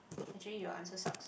actually your answer suck